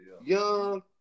young